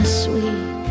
sweet